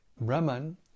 Brahman